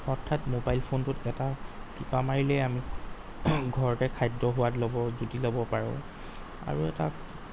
হঠাৎ মবাইল ফোনটোত এটা টিপা মাৰিলেই আমি ঘৰতে খাদ্য সোৱাদ ল'ব জুতি ল'ব পাৰোঁ আৰু এটা